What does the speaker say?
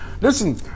Listen